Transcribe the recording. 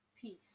Peace